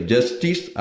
Justice